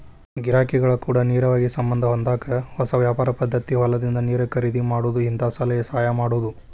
ಗಿರಾಕಿಗಳ ಕೂಡ ನೇರವಾಗಿ ಸಂಬಂದ ಹೊಂದಾಕ ಹೊಸ ವ್ಯಾಪಾರ ಪದ್ದತಿ ಹೊಲದಿಂದ ನೇರ ಖರೇದಿ ಮಾಡುದು ಹಿಂತಾ ಸಲಹೆ ಸಹಾಯ ಮಾಡುದು